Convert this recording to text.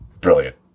Brilliant